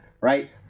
right